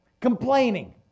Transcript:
complaining